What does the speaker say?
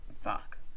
fuck